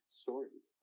stories